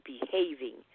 behaving